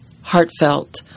heartfelt